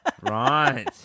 Right